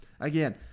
again